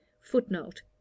footnote